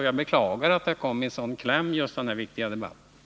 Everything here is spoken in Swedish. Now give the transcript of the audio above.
Jag beklagar att just denna viktiga debatt kom i kläm.